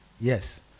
yes